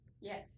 Yes